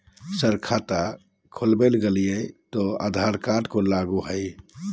Sir खाता खोला गया मैं आधार कार्ड को लागू है हां?